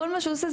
כל מה שהוא עושה,